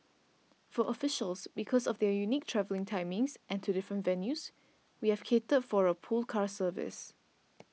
for officials because of their unique travelling timings and to different venues we have catered for a pool car service